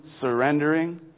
surrendering